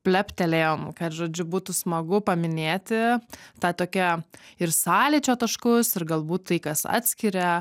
pleptelėjom kad žodžiu būtų smagu paminėti tą tokią ir sąlyčio taškus ir galbūt tai kas atskiria